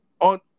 on